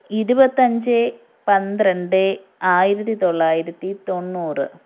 ഇരുപത്തഞ്ച് പന്ത്രണ്ട് ആയിരത്തി തൊള്ളായിരത്തി തൊണ്ണൂറ്